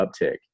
uptick